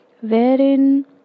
Wherein